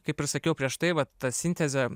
kaip ir sakiau prieš tai vat ta sintezė